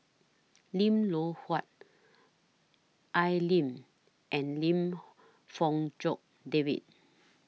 Lim Loh Huat Al Lim and Lim Fong Jock David